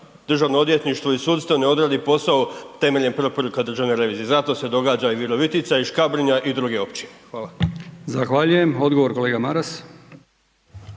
Državno odvjetništvo i sudstvo ne odradi posao temeljem preporuka državne revizije. Zato se događa i Virovitica i Škabrnja i druge općine. Hvala. **Brkić, Milijan (HDZ)** Zahvaljujem. Odgovor kolega Maras.